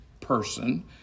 person